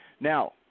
Now